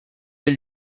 elle